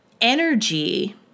energy